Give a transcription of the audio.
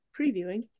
previewing